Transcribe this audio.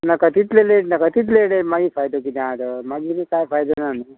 नाका तितले लेट नाका तितले लेट मागीर फायदो किदें आहा तर मागीर कांय फायदो ना न्हू